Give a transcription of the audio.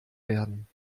werden